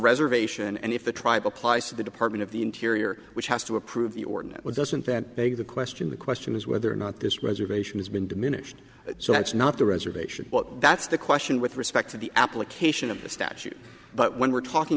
reservation and if the tribe applies to the department of the interior which has to approve the orden it wasn't that big of the question the question is whether or not this reservation has been diminished so that's not the reservation that's the question with respect to the application of the statute but when we're talking